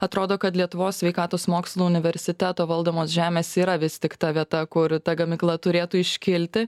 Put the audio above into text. atrodo kad lietuvos sveikatos mokslų universiteto valdomos žemės yra vis tik ta vieta kur ta gamykla turėtų iškilti